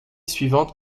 suivante